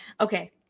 Okay